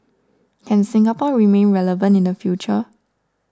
can Singapore remain relevant in the future